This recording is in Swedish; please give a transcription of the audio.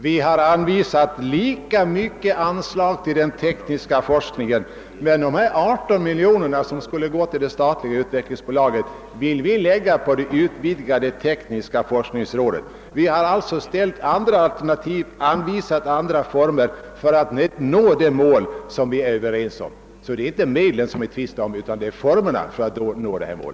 Vi har velat anvisa lika stora anslag till den tekniska forskningen, men de 18 miljoner som skulle gå till det statliga utvecklingsbolaget vill vi lägga på det utvidgade tekniska forskningsområdet. Vi har alltså uppställt andra alternativ och anvisat andra former för att nå det mål som vi är överens om. Det är således inte medlen vi tvistar om utan formerna för att nå detta mål.